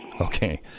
Okay